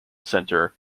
centre